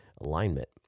alignment